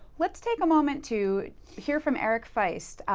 let's take a moment to hear from eric feist.